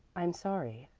i'm sorry.